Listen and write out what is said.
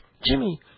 Jimmy